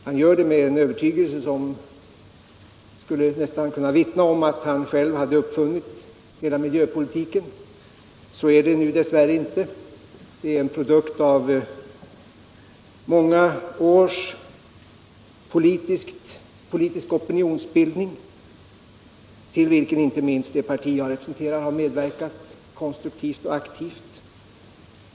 Han gjorde det med en övertygelse som nästan skulle kunna vittna om att han själv hade uppfunnit hela miljöpolitiken. Så är det nu dess värre inte. Den är en produkt av många års politisk opinionsbildning, till vilken inte minst det parti jag representerar har medverkat konstruktivt och aktivt.